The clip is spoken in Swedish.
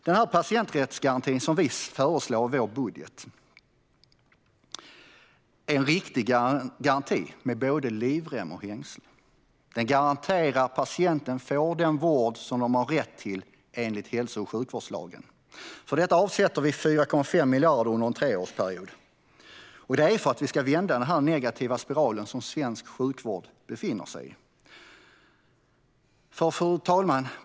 Den patienträttsgaranti som vi föreslår i vår budget är en riktig garanti med både livrem och hängslen. Den garanterar att patienterna får den vård som de har rätt till enligt hälso och sjukvårdslagen. För detta avsätter vi 4,5 miljarder under en treårsperiod. Vi gör detta för att kunna vända den negativa spiral som svensk sjukvård befinner sig i. Fru talman!